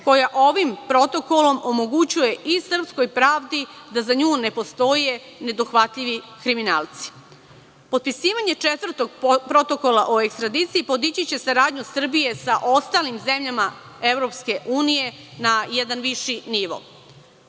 koja ovim protokolom omogućuje i srpskoj pravdi da za nju ne postoje nedohvatljivi kriminalci. Potpisivanje četvrtog protokola o ekstradiciji podići će saradnju Srbije sa ostalim zemljama EU na jedan viši